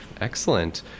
Excellent